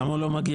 למה הוא לא מגיע?